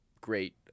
great